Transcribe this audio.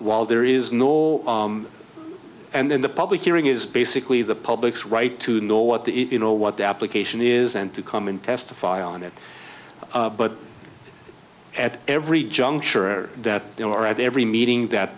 while there is no and then the public hearing is basically the public's right to know what the you know what the application is and to come and testify on it but at every juncture that there are at every meeting that